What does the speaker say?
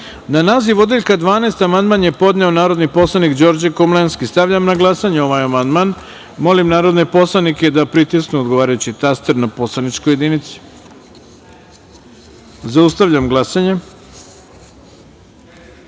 sa ispravkom, podneo je narodni poslanik Đorđe Komlenski. Stavljam na glasanje ovaj amandman. Molim narodne poslanike da pritisnu odgovarajući taster na poslaničkoj jedinici. Zaustavljam glasanje: